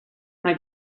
mae